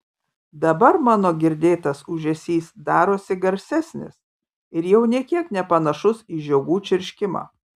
dabar mano girdėtas ūžesys darosi garsesnis ir jau nė kiek nepanašus į žiogų čirškimą